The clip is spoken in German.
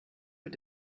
mit